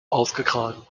ausgetragen